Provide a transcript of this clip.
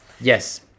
Yes